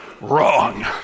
Wrong